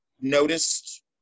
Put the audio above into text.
noticed